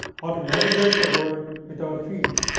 how to navigate the world with our feet?